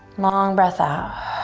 long breath out.